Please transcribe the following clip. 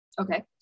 Okay